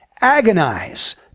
Agonize